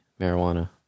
marijuana